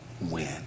win